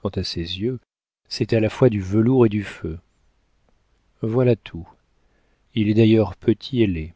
quant à ses yeux c'est à la fois du velours et du feu voilà tout il est d'ailleurs petit et laid